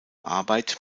arbeit